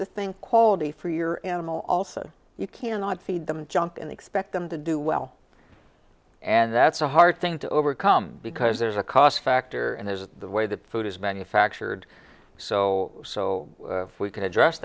to think quality for your animal also you cannot feed them junk and expect them to do well and that's a hard thing to overcome because there's a cost factor and there's a way that food is manufactured so so we can address